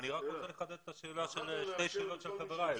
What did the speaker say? אני רוצה לחדד שתי שאלות של חבריי.